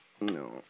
No